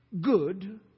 good